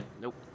Nope